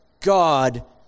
God